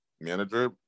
manager